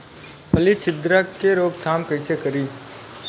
फली छिद्रक के रोकथाम कईसे करी?